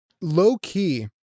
low-key